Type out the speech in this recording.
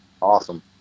Awesome